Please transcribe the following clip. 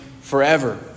forever